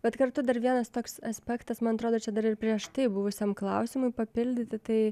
bet kartu dar vienas toks aspektas man atrodo čia dar ir prieš tai buvusiam klausimui papildyti tai